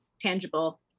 tangible